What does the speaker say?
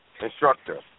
instructor